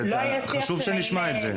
חשוב שנשמע את זה.